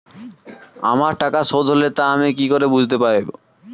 আমার টাকা শোধ হলে তা আমি কি করে বুঝতে পা?